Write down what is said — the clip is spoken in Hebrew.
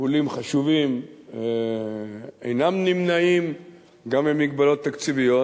שטיפולים חשובים אינם נמנעים גם במגבלות תקציביות,